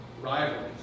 rivalries